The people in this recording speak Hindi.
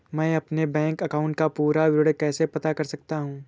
मैं अपने बैंक अकाउंट का पूरा विवरण कैसे पता कर सकता हूँ?